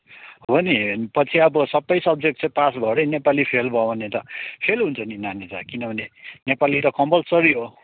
हो नि पछि अब सबै सब्जेक्ट चाहिँ पास भयो अरे नेपाली फेल भयो भने त फेल हुन्छ नि नानी ता किनभने नेपाली त कम्पल्सरी हो